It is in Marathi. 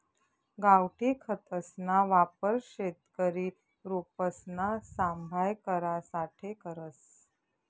गावठी खतसना वापर शेतकरी रोपसना सांभाय करासाठे करस